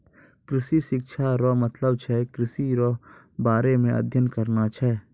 कृषि शिक्षा रो मतलब छै कृषि रो बारे मे अध्ययन करना छै